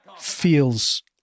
feels